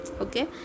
Okay